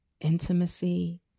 intimacy